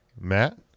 Matt